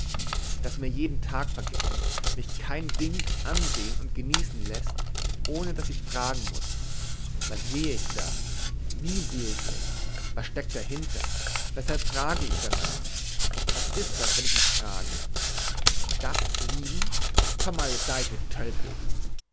das mir jeden tag vergällt mich kein ding ansehn und genießen läßt ohne daß ich fragen muß was seh ich da wie seh ich es was steckt dahinter weshalb frage ich darnach was ist das wenn ich mich frage das lieben vermaledeite tölpel